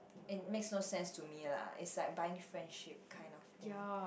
and make no sense to me lah is like buying friendship kind of thing